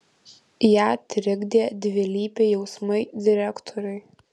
ją trikdė dvilypiai jausmai direktoriui